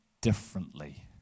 differently